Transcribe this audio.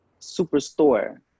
Superstore